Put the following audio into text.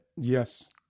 Yes